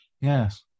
Yes